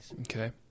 Okay